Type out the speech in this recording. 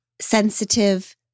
sensitive